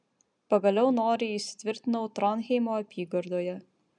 pagaliau noriai įsitvirtinau tronheimo apygardoje